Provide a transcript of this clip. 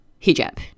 Hijab